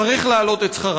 צריך להעלות את שכרם.